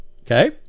Okay